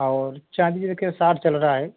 और चांदी ये के साठ चल रहा है